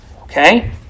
Okay